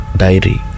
diary